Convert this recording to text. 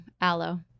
aloe